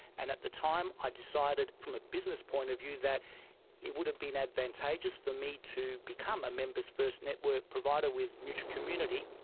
and at the time i decided from a business point of view that it would've been advantageous for me to become a members first network provider with mutual community.